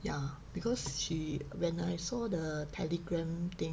ya because she when I saw the telegram thing